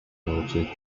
analogy